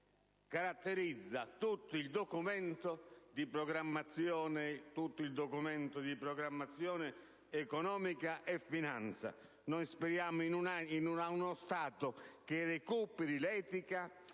caratterizza tutto il Documento di economia e finanza. Noi speriamo in uno Stato che recuperi l'etica